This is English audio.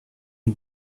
you